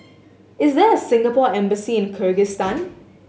is there a Singapore Embassy in Kyrgyzstan